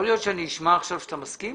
יכול להיות שאני אשמע עכשיו שאתה מסכים?